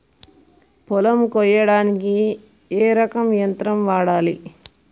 పొలం కొయ్యడానికి ఏ రకం యంత్రం వాడాలి?